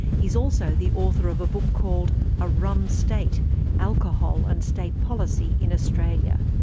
he's also the author of a book called a rum state alcohol and state policy in australia.